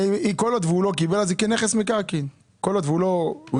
כל עוד והוא לא קיבל את זה כנכס מקרקעין; כל עוד הוא לא נכנס,